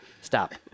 stop